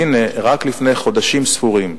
רק לפני חודשים ספורים,